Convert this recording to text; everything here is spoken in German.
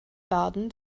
barden